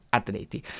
atleti